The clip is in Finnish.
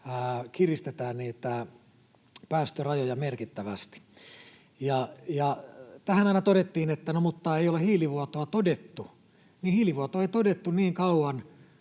kiristetään niitä päästörajoja merkittävästi. Tähän aina todettiin, että no, mutta ei ole hiilivuotoa todettu. Niin, hiilivuotoa ei todettu niin kauan,